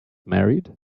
married